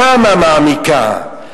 כמה מעמיקה?